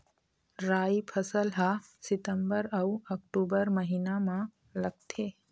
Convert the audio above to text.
राई फसल हा सितंबर अऊ अक्टूबर महीना मा लगथे